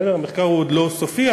המחקר עוד לא סופי,